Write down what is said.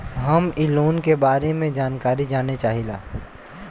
हम इ लोन के बारे मे जानकारी जाने चाहीला?